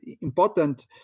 important